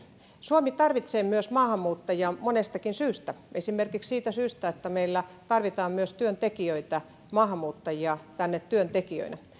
suomi tarvitsee myös maahanmuuttajia monestakin syystä esimerkiksi siitä syystä että meillä tarvitaan myös työntekijöitä maahanmuuttajia tänne työntekijöinä